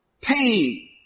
pain